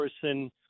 person